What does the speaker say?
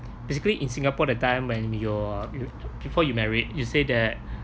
basically in singapore the time when you were before you married you said that